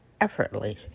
effortlessly